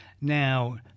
Now